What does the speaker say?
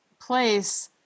place